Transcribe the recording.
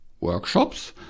workshops